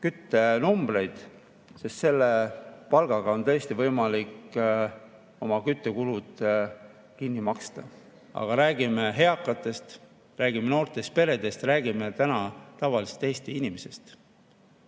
küttearveid, sest selle palgaga on tõesti võimalik oma küttekulud kinni maksta. Aga räägime eakatest, räägime noortest peredest, räägime täna tavalisest Eesti inimesest.